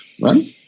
right